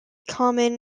common